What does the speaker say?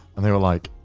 and they were like,